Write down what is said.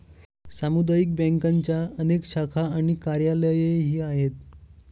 सामुदायिक बँकांच्या अनेक शाखा आणि कार्यालयेही आहेत